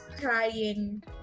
crying